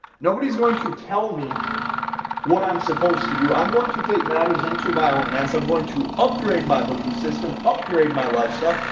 nobody's going to tell me what i'm supposed to do. i'm going to take matters into my own hands. i'm going to upgrade my belief system, upgrade my lifestyle,